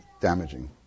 damaging